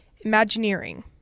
Imagineering